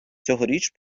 цьогоріч